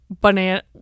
banana